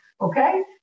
okay